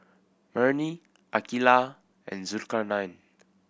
Murni Aqeelah and Zulkarnain